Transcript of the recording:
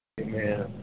Amen